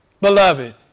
beloved